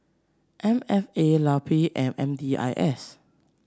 M F A LUP and M D I S